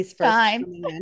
time